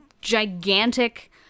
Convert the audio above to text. gigantic